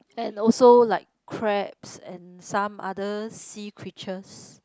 and also like crabs and some other sea creatures